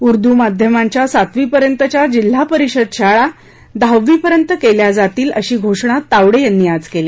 उर्दू माध्यमांच्या सातवीपर्यंतच्या जिल्हा परिषद शाळा दहावीपर्यंत केल्या जातील अशी घोषणा तावडे यांनी आज केली